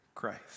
Christ